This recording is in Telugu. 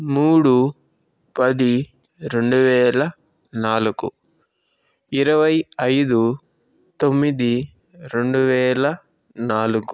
మూడు పది రెండు వేల నాలుగు ఇరవై ఐదు తొమ్మిది రెండు వేల నాలుగు